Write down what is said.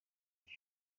buri